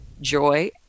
joy